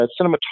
cinematography